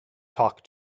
talk